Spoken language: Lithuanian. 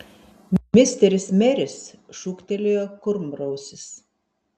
misteris meris šūktelėjo kurmrausis